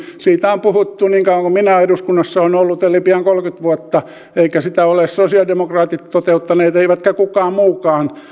siitä on puhuttu niin kauan kuin minä eduskunnassa olen ollut eli pian kolmekymmentä vuotta eivätkä sitä ole sosialidemokraatit toteuttaneet eikä kukaan mukaan